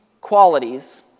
qualities